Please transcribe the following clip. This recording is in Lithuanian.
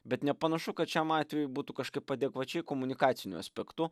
bet nepanašu kad šiam atvejui būtų kažkaip adekvačiai komunikaciniu aspektu